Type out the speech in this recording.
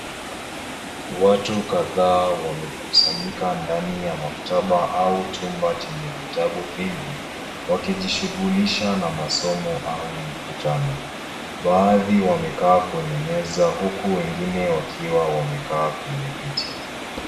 Watu kadhaa wamekusanyika ndani ya maktaba au chumba chenye vitabu vingi, wakijishughulisha na masomo au mkutano. Baadhi wamekaa kwenye meza, huku wengine wakiwa wamekaa kwenye viti.